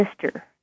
sister